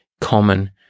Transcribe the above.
common